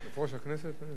יושב-ראש הכנסת?